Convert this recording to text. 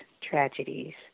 tragedies